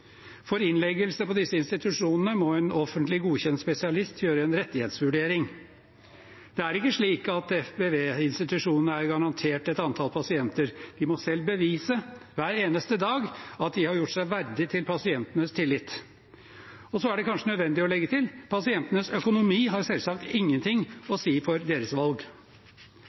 For innleggelse på disse institusjonene må en offentlig godkjent spesialist gjøre en rettighetsvurdering. Det er ikke slik at FBV-institusjonene er garantert et antall pasienter. De må selv bevise, hver eneste dag, at de har gjort seg verdig til pasientenes tillit. Og så er det kanskje nødvendig å legge til: Pasientenes økonomi har selvsagt ingenting å si for deres valg.